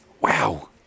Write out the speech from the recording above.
Wow